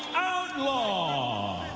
outlaw!